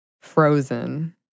Frozen